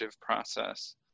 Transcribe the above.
process